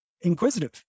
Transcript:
inquisitive